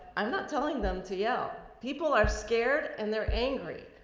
i'm not telling them to yell. people are scared and they're angry.